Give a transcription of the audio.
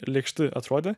lėkšti atrodė